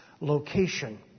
location